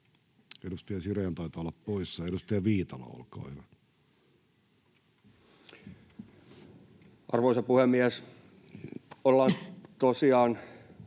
Edustaja Sirén taitaa olla poissa. — Edustaja Viitala, olkaa hyvä. Arvoisa puhemies! Ollaan tosiaan